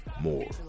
more